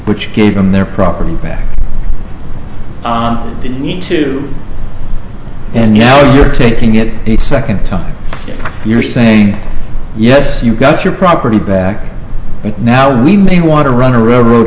which gave them their property back on the need to and now you're taking it a second time you're saying yes you got your property back and now we may want to run a railroad